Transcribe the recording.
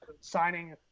signing